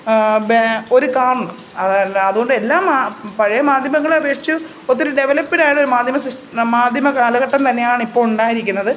P ഒരു കാമ്പ് അതെല്ലാം അതുണ്ട് എല്ലാ പഴയ മാധ്യമങ്ങളെ അപേക്ഷിച്ച് ഒത്തിരി ഡെവലപ്പ്ഡ് ആയ ഒരു മാധ്യമ സൃഷ് മാധ്യമ കാലഘട്ടം തന്നെയാണ് ഇപ്പോൾ ഉണ്ടായിരിക്കുന്നത്